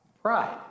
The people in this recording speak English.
Pride